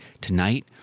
Tonight